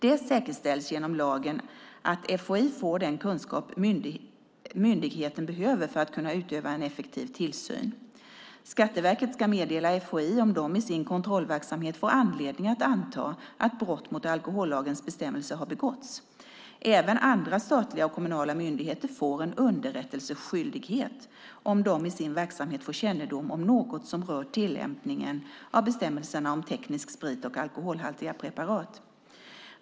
Det säkerställs genom lagen att FHI får den kunskap myndigheten behöver för att kunna utöva en effektiv tillsyn. Skatteverket ska meddela FHI om de i sin kontrollverksamhet får anledning att anta att brott mot alkohollagens bestämmelser har begåtts. Även andra statliga och kommunala myndigheter får en underrättelseskyldighet om de i sin verksamhet får kännedom om något som rör tillämpningen av bestämmelserna om teknisk sprit och alkoholhaltiga preparat.